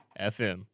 FM